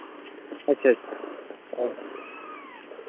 ᱦᱮᱸ ᱥᱮ ᱚ